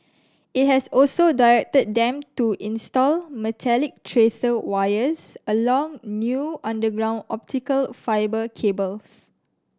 it has also directed them to install metallic tracer wires along new underground optical fibre cables